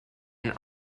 and